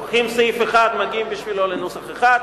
לוקחים סעיף אחד ומגיעים בשבילו לנוסח אחד,